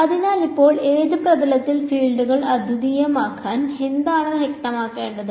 അതിനാൽ ഇപ്പോൾ ഏത് പ്രതലത്തിൽ ഫീൽഡുകൾ അദ്വിതീയമാകാൻ എന്താണ് വ്യക്തമാക്കേണ്ടത്